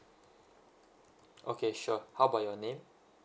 okay sure how about your name